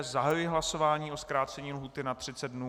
Zahajuji hlasování o zkrácení lhůty na třicet dnů.